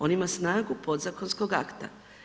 On ima snagu podzakonskog akta.